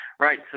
Right